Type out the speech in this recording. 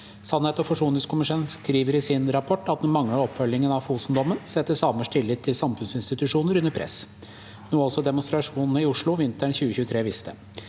Sann- hets- og forsoningskommisjonen skriver i sin rapport at den manglende oppfølgingen av Fosendommen setter samers «tillit til samfunnsinstitusjoner under press», noe også demonstrasjonene i Oslo vinteren 2023 viste.